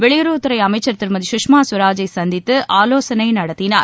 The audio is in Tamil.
வெளியுறவுத்துறை அமைச்சர் திருமதி குஷ்மா ஸ்வராஜை சந்தித்து ஆலோசளை நடத்தினார்